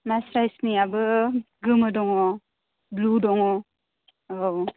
मास्रायसनियाबो गोमो दङ ब्लु दङ औ